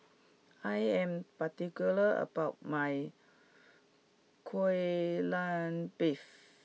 I am particular about my Kai Lan beef